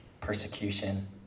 persecution